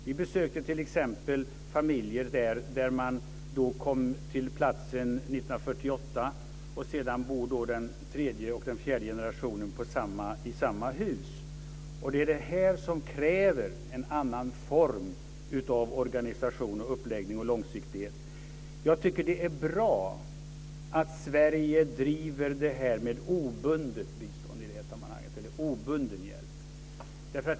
Vi besökte t.ex. familjer som kom till platsen 1948, och nu bor den tredje och fjärde generationen i samma hus. Det är detta som kräver en annan form av organisation, uppläggning och långsiktighet. Jag tycker att det är bra att Sverige driver detta med obundet bistånd eller obunden hjälp i det här sammanhanget.